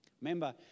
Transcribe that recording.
Remember